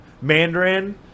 Mandarin